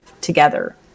together